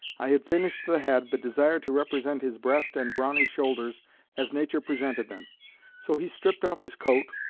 i had finished the head, but desired to represent his breast and brawny shoulders as nature presented them so he stripped off his coat,